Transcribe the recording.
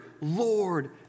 Lord